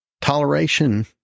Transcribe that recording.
Toleration